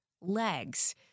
legs